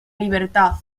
libertad